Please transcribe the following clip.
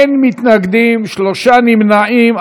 אין מתנגדים, שלושה נמנעים.